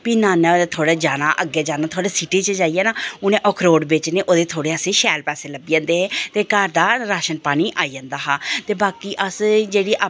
फ्ही नाना होरे जाना अग्गें जाना सिटी च जाइयै ना अखरोट बेचने ओह्दे असेंगी शैल पैसे लब्भी जंदे हे ते घर दा राशन पानी आई जंदा हा ते बाकी अस जेह्ड़ी अप्पूं अस